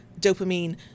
dopamine